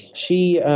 she